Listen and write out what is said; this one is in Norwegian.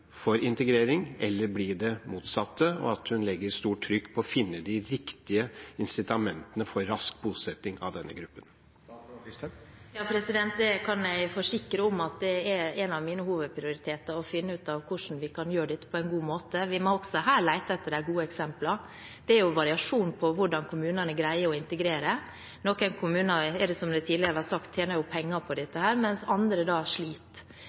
for integrering – eller blir det motsatte – og at hun legger stort trykk på å finne de riktige incitamentene for rask bosetting av denne gruppen. Jeg kan forsikre om at en av mine hovedprioriteringer er å finne ut av hvordan vi kan gjøre dette på en god måte. Vi må også her lete etter de gode eksemplene. Det er variasjon i hvordan kommunene greier å integrere. Som det tidligere ble sagt, tjener noen kommuner penger på dette, mens andre sliter,